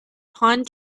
pawn